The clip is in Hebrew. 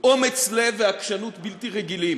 אומץ לב ועקשנות בלתי רגילים.